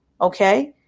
Okay